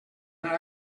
anar